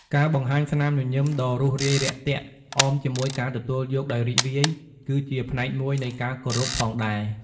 ការបង្ហាញស្នាមញញឹមដ៏រួសរាយរាក់ទាក់ អមជាមួយការទទួលយកដោយរីករាយ ក៏ជាផ្នែកមួយនៃការគោរពផងដែរ។